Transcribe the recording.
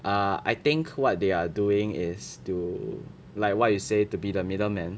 err I think what they are doing is to like what you said to be the middleman